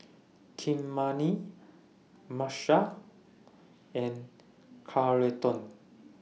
Kymani Marshal and Carleton